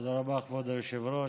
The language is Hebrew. תודה רבה, כבוד היושב-ראש.